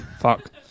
fuck